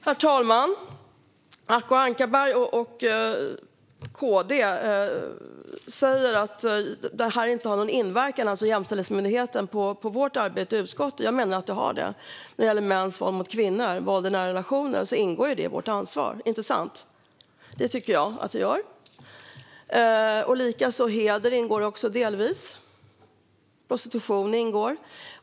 Herr talman! Acko Ankarberg Johansson och KD säger att Jämställdhetsmyndigheten inte har någon inverkan på vårt arbete i utskottet. Jag menar att den har det. Mäns våld mot kvinnor och våld i nära relationer ingår i vårt ansvar, inte sant? Det tycker jag att det gör. Också hedersvåld ingår delvis. Prostitution ingår.